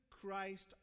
Christ